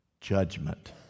judgment